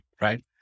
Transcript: right